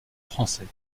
français